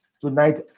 Tonight